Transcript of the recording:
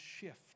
shift